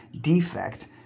defect